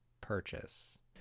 purchase